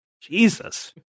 Jesus